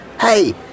Hey